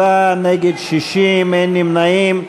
בעד, 57, נגד, 60, אין נמנעים.